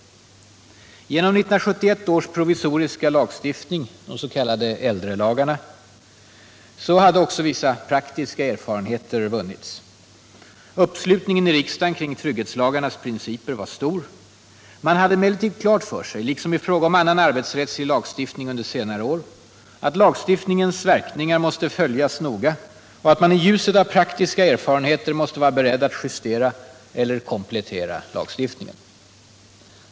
Genom 1971 års provisoriska lagstiftning, de s.k. äldrelagarna, hade också vissa praktiska erfarenheter vunnits. Uppslutningen i riksdagen kring trygghetslagarnas principer var stor. Man hade emellertid klart för sig, liksom i fråga om annan arbetsrättslig lagstiftning under senare år, att lagstiftningens verkningar måste följas noga och att man i ljuset av praktiska erfarenheter måste vara beredd att justera eller komplettera lagstiftningen.